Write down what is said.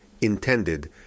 intended